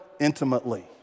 intimately